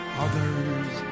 others